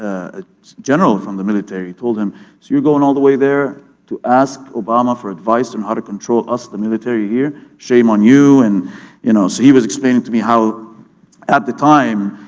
a general from the military told him, so you're going all the way there to ask obama for advice on how to control us, the military here? shame on you. and you know so he was explaining to me how at the time,